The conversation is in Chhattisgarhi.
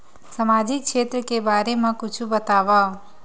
सामाजिक क्षेत्र के बारे मा कुछु बतावव?